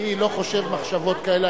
אני לא חושב מחשבות כאלה.